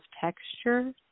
texture